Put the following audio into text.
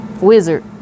wizard